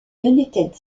united